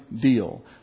deal